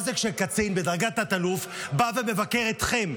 מה זה כשקצין בדרגת תת-אלוף בא ומבקר אתכם?